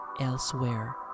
elsewhere